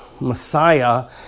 Messiah